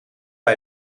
bij